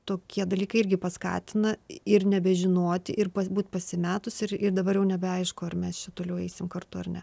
tokie dalykai irgi paskatina ir nebežinoti ir būt pasimetus ir ir dabar jau nebeaišku ar mes čia toliau eisim kartu ar ne